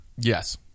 Yes